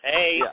Hey